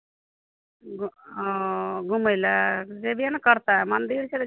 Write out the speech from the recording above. घु ओ घुमय लए जेबे ने करतै मन्दिर छै तऽ